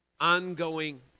ongoing